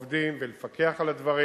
ולפקח על הדברים.